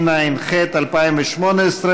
התשע"ח 2018,